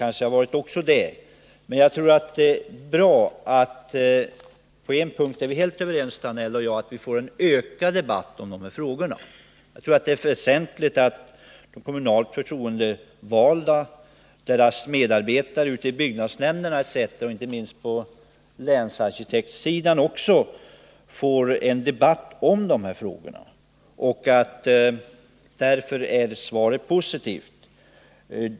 Jag tror att Georg Danell och jag är överens om att det är bra att vi får en ökad debatt om dessa frågor. Det är väsentligt att det bland de kommunalt förtroendevalda och deras medarbetare i byggnadsnämnderna och inte minst på länsarkitektkontoren förs en debatt om dessa frågor, och också mot den bakgrunden är statsrådets svar positivt.